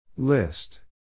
List